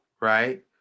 right